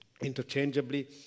interchangeably